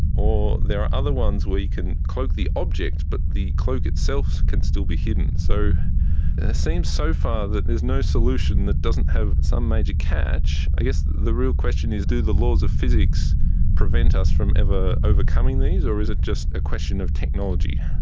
or there are other ones where you can cloak the object but the cloak itself can still be hidden. so it seems so far that there and is no solution that doesn't have some major catch. i guess the real question is do the laws of physics prevent us from ever overcoming these or is it just a question of technology?